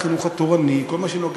אתה מדבר אתי, אז אני עונה לך.